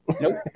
Nope